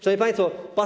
Szanowni Państwo!